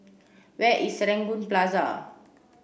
where is Serangoon Plaza